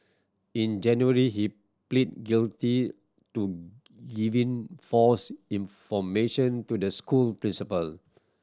in January he pleaded guilty to giving false information to the school principal